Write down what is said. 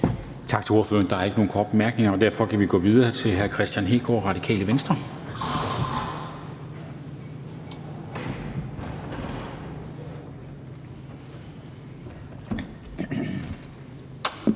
Tak til ordføreren. Der er ikke nogen korte bemærkninger, og derfor kan vi gå videre til hr. Kristian Hegaard, Radikale Venstre.